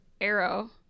Arrow